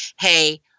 hey